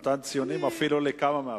הוא נתן ציונים אפילו לכמה מההפרטות.